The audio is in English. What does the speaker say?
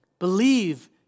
Believe